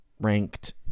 ranked